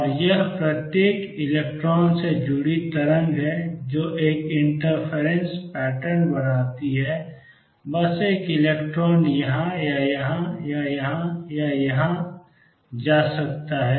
और यह प्रत्येक इलेक्ट्रॉन से जुड़ी तरंग है जो एक इंटरफ़ेस पैटर्न बनाती है बस एक इलेक्ट्रॉन यहां या यहां या यहां या यहां जा सकता है